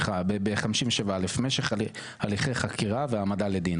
בסעיף 57א': משך הליכי חקירה והעמדה לדין,